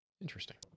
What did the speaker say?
Interesting